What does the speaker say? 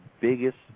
biggest